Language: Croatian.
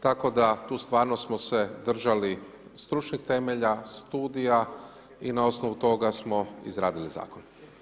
Tako da, tu stvarno smo se držali stručnih temelja studija i na osnovu toga smo izradili zakon.